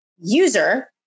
user